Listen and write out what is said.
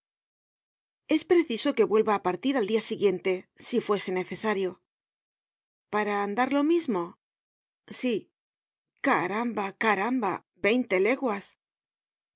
es preciso que vuelva á partir al dia siguiente si fuere necesario para andar lo mismo sí caramba caramba